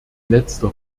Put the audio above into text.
letzter